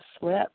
slip